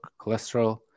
cholesterol